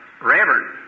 reverend